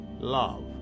Love